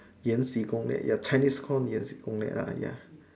演戏攻擂 ya Chinese call 演戏攻擂 lah ya